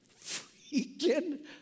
freaking